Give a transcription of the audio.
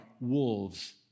wolves